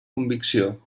convicció